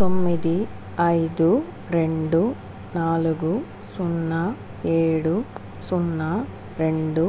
తొమ్మిది ఐదు రెండు నాలుగు సున్నా ఏడు సున్నా రెండు